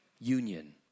union